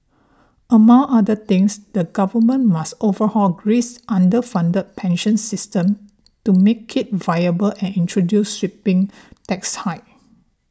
among other things the government must overhaul Greece's underfunded pension system to make it viable and introduce sweeping tax hikes